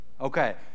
Okay